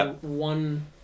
one